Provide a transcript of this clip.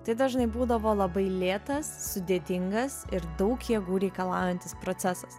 tai dažnai būdavo labai lėtas sudėtingas ir daug jėgų reikalaujantis procesas